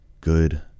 good